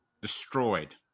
destroyed